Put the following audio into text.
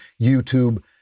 YouTube